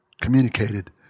communicated